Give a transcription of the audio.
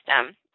system